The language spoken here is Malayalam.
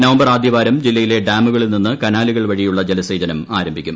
നവംബർ ആദ്യവാരം ജില്ലയിലെ ഡാമുകളിൽ നിന്ന് കനാലുകൾ വഴിയുള്ള ജലസേചനം ആരംഭിക്കും